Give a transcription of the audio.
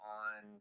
on